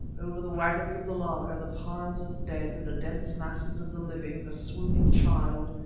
over the waggons of the laager, the piles of dead, the dense masses of the living, the swooning child,